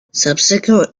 subsequent